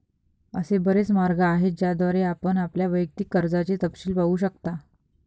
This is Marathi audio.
असे बरेच मार्ग आहेत ज्याद्वारे आपण आपल्या वैयक्तिक कर्जाचे तपशील पाहू शकता